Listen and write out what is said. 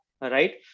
right